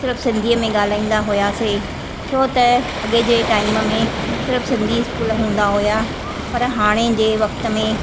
सिर्फ़ सिंधीअ में ॻालाईंदा हुआसीं छो त अॻिए जे टाइम में सिर्फ़ सिंधी स्कूल हूंदा हुआ पर हाणे जे वक़्त में